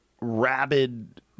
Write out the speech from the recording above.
rabid